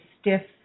stiff